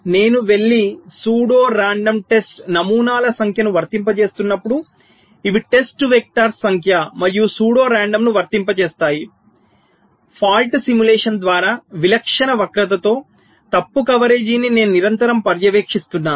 నేను వెళ్లి pseudo random test నమూనాల సంఖ్యను వర్తింపజేస్తున్నప్పుడు ఇవి టెస్ట్ వెక్టర్స్ సంఖ్య మరియు సూడో రాండమ్ను వర్తింపజేస్తాయి తప్పు అనుకరణ ద్వారా విలక్షణ వక్రతతో తప్పు కవరేజీని నేను నిరంతరం పర్యవేక్షిస్తున్నాను